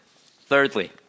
thirdly